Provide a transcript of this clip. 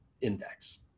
index